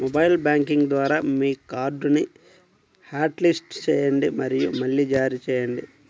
mobile banking ద్వారా మీ కార్డ్ని హాట్లిస్ట్ చేయండి మరియు మళ్లీ జారీ చేయండి